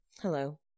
hello